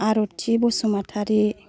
Arthi Basumatary